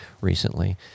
recently